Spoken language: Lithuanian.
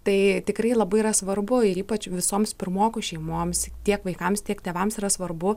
tai tikrai labai yra svarbu ir ypač visoms pirmokų šeimoms tiek vaikams tiek tėvams yra svarbu